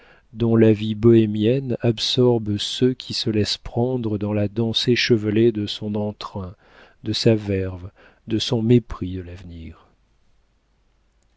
dont la vie bohémienne absorbe ceux qui se laissent prendre dans la danse échevelée de son entrain de sa verve de son mépris de l'avenir